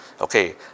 Okay